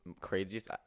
craziest